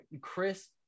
Chris